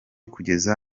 kugeza